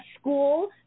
school